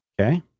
Okay